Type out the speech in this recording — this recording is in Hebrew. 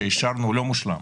שאישרנו הוא לא מושלם.